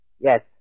Yes